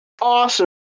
awesome